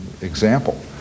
Example